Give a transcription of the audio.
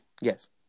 Yes